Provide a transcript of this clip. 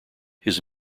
his